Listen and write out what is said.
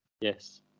Yes